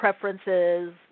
preferences